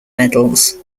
medals